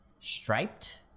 striped